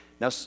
Now